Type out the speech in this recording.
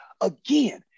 Again